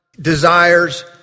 desires